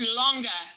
longer